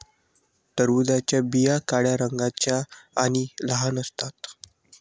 टरबूजाच्या बिया काळ्या रंगाच्या आणि लहान असतात